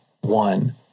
one